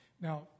Now